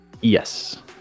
Yes